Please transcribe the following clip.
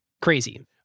Crazy